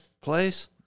place